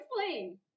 explain